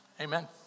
amen